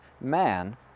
man